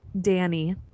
danny